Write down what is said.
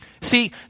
See